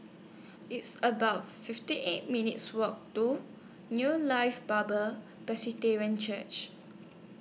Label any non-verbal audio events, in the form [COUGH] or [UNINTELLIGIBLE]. It's about fifty eight minutes' Walk to New Life Bible [UNINTELLIGIBLE] Church